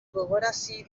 gogorarazi